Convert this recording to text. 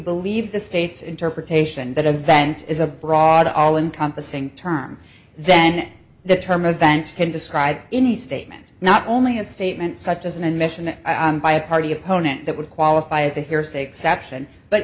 believe the state's interpretation that event is a broad all encompassing term then the term event can describe any statement not only a statement such as an admission by a party opponent that would qualify as a hearsay exception but